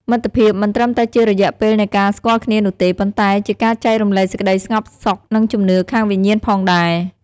មិត្តភាពមិនត្រឹមតែជារយៈពេលនៃការស្គាល់គ្នានោះទេ ប៉ុន្តែជាការចែករំលែកសេចក្ដីស្ងប់សុខ និងជំនឿខាងវិញ្ញាណផងដែរ។